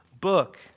book